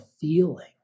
feeling